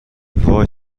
وای